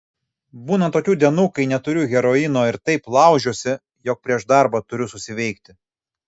būna tokių dienų kai neturiu heroino ir taip laužiuosi jog prieš darbą turiu susiveikti